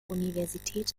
universität